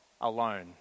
alone